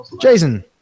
Jason